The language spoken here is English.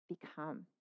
become